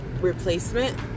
replacement